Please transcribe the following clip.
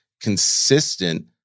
consistent